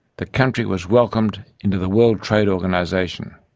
the country was welcomed into the world trade organisation,